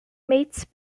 mates